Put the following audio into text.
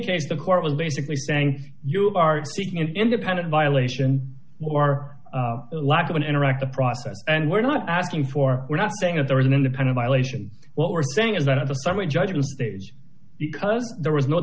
case the court was basically saying you are seeking an independent violation or a lack of an interactive process and we're not asking for we're not saying that there was an independent violation what we're saying is that the summary judgment stage because there was no